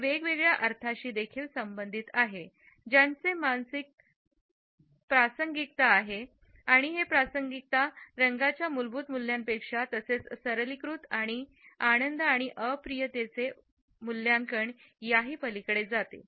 हे वेगवेगळ्या अर्थांशी देखील संबंधित आहे ज्यांचे मानसिक प्रासंगिकता आहे आणि हे प्रासंगिकता रंगांच्या मूलभूत मूल्यांपेक्षा तसेच सरलीकृत आणिआनंद आणि अप्रियतेचे वरचे मूल्यांकन त्याचाही पलीकडे जाते